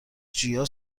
جیا